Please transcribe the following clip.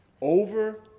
over